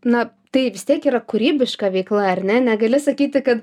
na tai vis tiek yra kūrybiška veikla ar ne negali sakyti kad